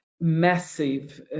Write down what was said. massive